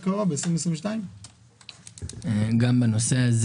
העבודה זה